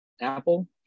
apple